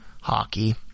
hockey